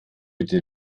bitte